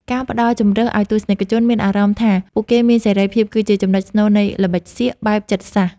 ការផ្តល់ជម្រើសឱ្យទស្សនិកជនមានអារម្មណ៍ថាពួកគេមានសេរីភាពគឺជាចំណុចស្នូលនៃល្បិចសៀកបែបចិត្តសាស្ត្រ។